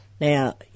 Now